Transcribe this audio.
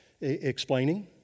explaining